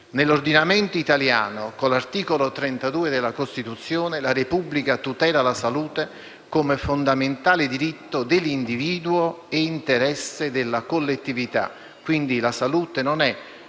Nell'ordinamento italiano esso è riconosciuto dall'articolo 32 della Costituzione: «La Repubblica tutela la salute come fondamentale diritto dell'individuo e interesse della collettività».